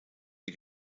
die